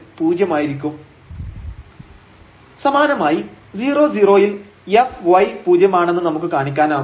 fx 0 0lim┬Δx→0 ⁡〖fΔx 0 f0 0Δx0〗fy 0 0lim┬Δy→0 ⁡〖f0 Δy f0 0Δy〗0 സമാനമായി 00ൽ f y പൂജ്യമാണെന്ന് നമുക്ക് കാണിക്കാനാകും